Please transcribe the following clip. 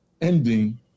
ending